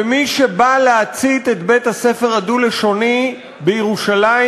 ומי שבא להצית את בית-הספר הדו-לשוני בירושלים,